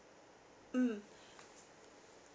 mm